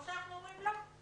או שאנחנו אומרים: לא,